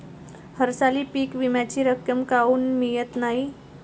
हरसाली पीक विम्याची रक्कम काऊन मियत नाई?